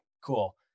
cool